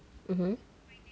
mmhmm